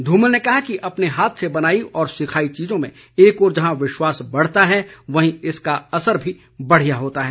ध्रमल ने कहा कि अपने हाथ से बनाई व सिखाई चीजों में एक ओर जहां विश्वास बढ़ता है वहीं इसका असर भी बढ़िया होता है